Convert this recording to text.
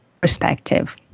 perspective